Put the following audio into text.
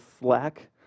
slack